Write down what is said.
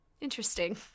interesting